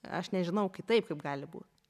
aš nežinau kitaip kaip gali būt